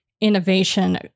innovation